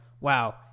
wow